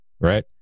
Right